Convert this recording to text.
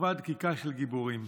שכבה דקיקה, של גיבורים.